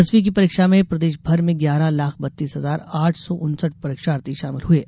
दसवीं की परीक्षा में प्रदेश भर में ग्यारह लाख बत्तीस हजार आठ सौ उनसठ परीक्षार्थी शामिल हुये